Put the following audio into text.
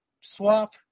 Swap